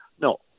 No